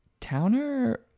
towner